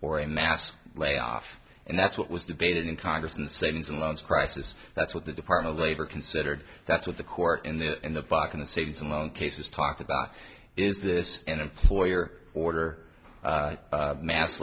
or a mass layoff and that's what was debated in congress in the savings and loans crisis that's what the department of labor considered that's what the court in the in the back in the savings and loan cases talked about is this an employer order